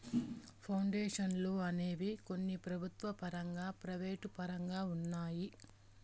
పౌండేషన్లు అనేవి కొన్ని ప్రభుత్వ పరంగా ప్రైవేటు పరంగా ఉన్నాయి